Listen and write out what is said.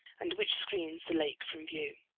and which screens the lake from view.